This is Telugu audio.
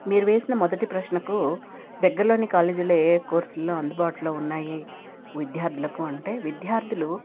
మీరు వేసిన మొదటి ప్రశ్నకు దగ్గరలోని కాలేజీలో ఏయే కోర్సుల్లో అందుబాటులో ఉన్నాయి విద్యార్థులకు అంటే విద్యార్థులు